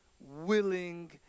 willing